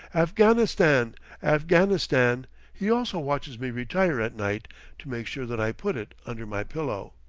afghanistan afghanistan he also watches me retire at night to make sure that i put it under my pillow.